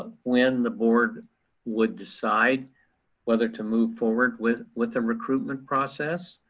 when the board would decide whether to move forward with with the recruitment process.